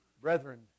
Brethren